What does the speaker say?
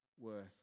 worth